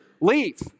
leave